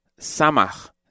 Samach